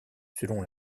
selon